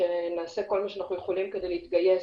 שנעשה כל מה שאנחנו יכולים כדי להתגייס